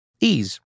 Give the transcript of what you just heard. Ease